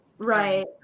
Right